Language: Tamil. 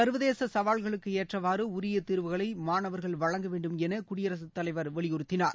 சர்வதேச சவால்களுக்கு ஏற்றவாறு உரிய தீர்வுகளை மாணவர்கள் வழங்க வேண்டும் என குடியரசு தலைவர் வலியுறுத்தினார்